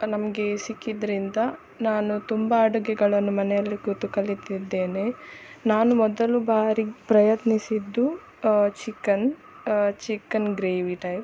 ನಮಗೆ ಸಿಕ್ಕಿದ್ದರಿಂದ ನಾನು ತುಂಬ ಅಡುಗೆಗಳನ್ನು ಮನೆಯಲ್ಲಿ ಕೂತು ಕಲಿತಿದ್ದೇನೆ ನಾನು ಮೊದಲು ಬಾರಿ ಪ್ರಯತ್ನಿಸಿದ್ದು ಚಿಕನ್ ಚಿಕನ್ ಗ್ರೇವಿ ಟೈಪ್